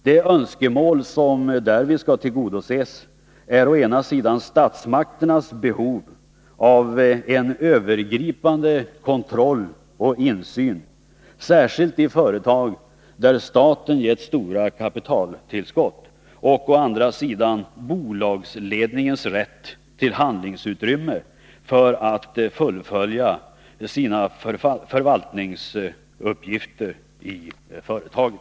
De önskemål som därvid skall tillgodoses är å ena sidan statsmakternas behov av övergripande kontroll och insyn, särskilt i företag där staten gett stora kapitaltillskott, och å andra sidan bolagsledningens rätt till handlingsutrymme för att fullfölja sina förvaltningsuppgifter i företaget.